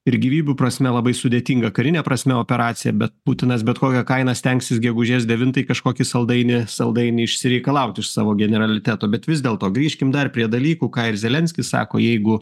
ir gyvybių prasme labai sudėtinga karine prasme operacija bet putinas bet kokia kaina stengsis gegužės devintai kažkokį saldainį saldainį išsireikalaut iš savo generaliteto bet vis dėlto grįžkim dar prie dalykų ką ir zelenskis sako jeigu